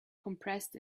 compressed